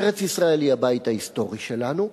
ארץ-ישראל היא הבית ההיסטורי שלנו,